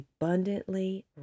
abundantly